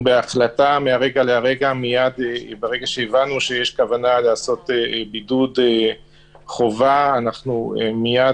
ברגע שהבנו שיש כוונה לעשות בידוד חובה במלונות מייד